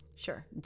Sure